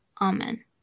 Amen